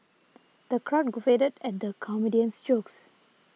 the crowd guffawed at the comedian's jokes